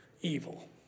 evil